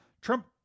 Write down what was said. Trump